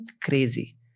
crazy